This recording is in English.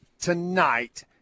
tonight